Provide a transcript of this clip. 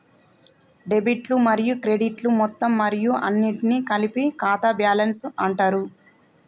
డెబిట్లు మరియు క్రెడిట్లు మొత్తం మరియు అన్నింటినీ కలిపి ఖాతా బ్యాలెన్స్ అంటరు